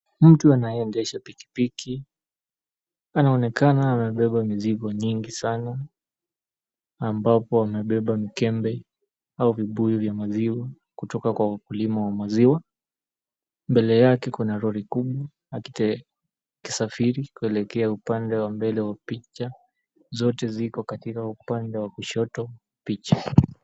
Mtu anayeendesha pikipiki, anaonekana amebeba mizigo nyingi sana ambapo amebeba mikembe au vibuyu vya maziwa kutoka kwa wakulima wa maziwa. Mbele yake kuna lori kubwa akisafiri kuelekea upande wa mbele wa picha. Zote ziko katika upande wa kushoto picha.